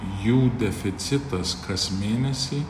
jų deficitas kas mėnesį